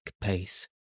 pace